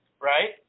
right